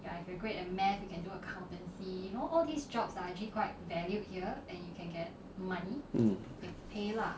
mm